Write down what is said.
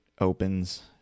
opens